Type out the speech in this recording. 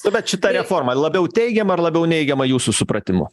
nu bet šita reforma labiau teigiama ar labiau neigiama jūsų supratimu